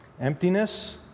emptiness